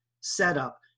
setup